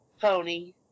pony